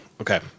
Okay